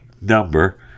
Number